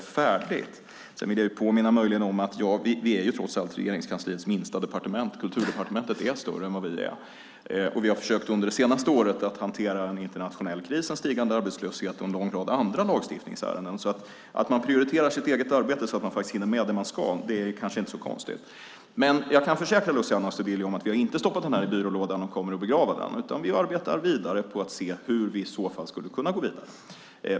Sedan vill jag möjligen påminna om att vi trots allt är Regeringskansliets minsta departement. Kulturdepartementet är större än vad vi är, och vi har under det senaste året försökt hantera en internationell kris, en stigande arbetslöshet och en lång rad andra lagstiftningsärenden. Att man prioriterar sitt eget arbete så att man faktiskt hinner med det man ska är kanske inte så konstigt. Men jag kan försäkra Luciano Astudillo om att vi inte kommer att begrava den här frågan i byrålådan, utan vi arbetar vidare på att se hur vi i så fall skulle kunna gå vidare.